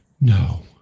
No